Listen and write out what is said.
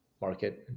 market